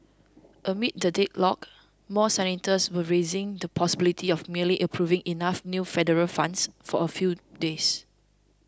amid the deadlock more senators were raising the possibility of merely approving enough new federal funds for a few days